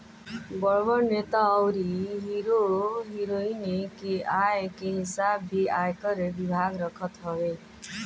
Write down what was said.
बड़ बड़ नेता अउरी हीरो हिरोइन के आय के हिसाब भी आयकर विभाग रखत हवे